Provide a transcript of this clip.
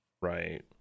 Right